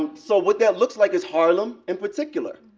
um so what that looks like is harlem, in particular,